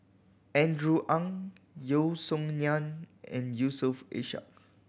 Andrew Ang Yeo Song Nian and Yusof Ishak